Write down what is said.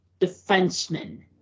defensemen